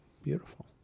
Beautiful